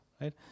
right